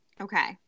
okay